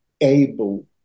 able